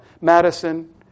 Madison